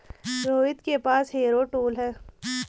रोहित के पास harrow tool है